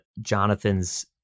Jonathan's